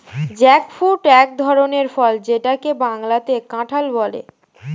jackfruit এক ধরনের ফল যেটাকে বাংলাতে কাঁঠাল বলে